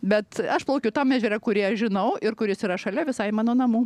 bet aš plaukiu tam ežere kurį aš žinau ir kuris yra šalia visai mano namų